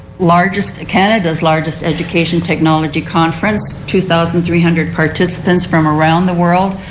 largest canada's largest education technology conference. two thousand three hundred participants from around the world.